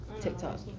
TikTok